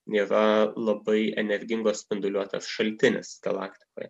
neva labai energingos spinduliuotės šaltinis galaktikoje